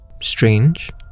Strange